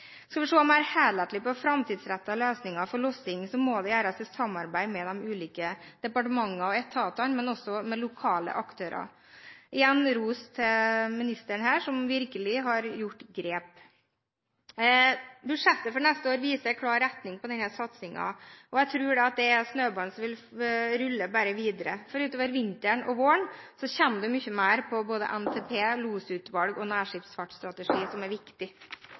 ulike departementer og etater, men også med lokale aktører. Igjen ros til ministeren som virkelig har tatt grep. Budsjettet for neste år viser klar retning på denne satsingen, og jeg tror at snøballen bare vil rulle videre, for utover vinteren og våren kommer det mye mer i forbindelse med NTP, losutvalg og nærskipsfartsstrategi, som er viktig.